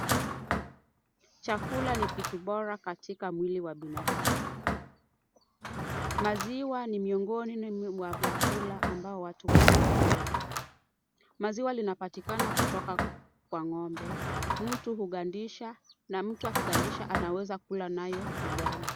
Chakula ni kitu bora katika mwili wa binadamu. Maziwa ni miongoni mwa vyakula ambao watu wanakula. Maziwa linapatikana kutoka kwa ng'ombe. Mtu hugandisha na mtu akigandisha anaweza kula nayo ugali.